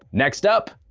next up,